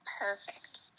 Perfect